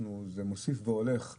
זה רק הולך ועולה.